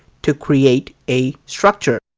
to create a structure.